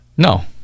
No